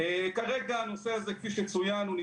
כפי שצוין, כרגע הנושא הזה נמצא